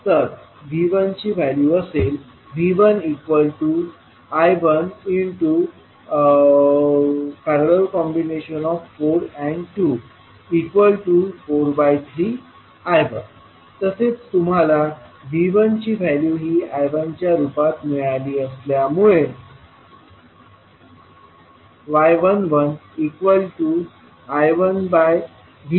तर V1ची व्हॅल्यू असेल V1I14।।243I1 तसेच तुम्हाला V1ची व्हॅल्यू ही I1 च्या रूपात मिळाली असल्यामुळे y11I1V1I143I10